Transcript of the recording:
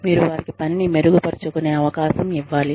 మీరు వారికి పనిని మెరుగుపరుచుకునే అవకాశం ఇవ్వాలి